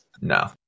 No